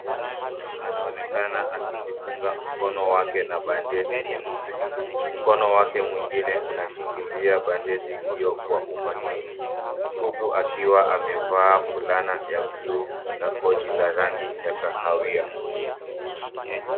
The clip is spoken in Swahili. Mtu anaonekana akijifunga mkono wake na bandeji nyeupe. mkono wake mwingine unashikilia bandaje hiyo kwa umakini huku akiwa amevaa fulana ya bluu na koti la rangi ya kahawia.